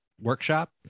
workshop